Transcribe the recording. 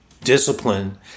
discipline